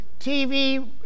TV